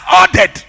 ordered